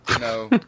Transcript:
No